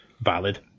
Valid